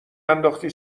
نداختی